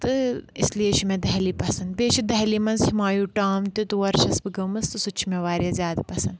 تہٕ اس لیے چھُ مےٚ دہلی پَسنٛد بیٚیہِ چھِ دہلی منٛز ہِمایوٗ ٹامب تہٕ تور چھَس بہٕ گٔمٕژ تہٕ سُہ تہِ چھُ مےٚ واریاہ زیادٕ پَسنٛد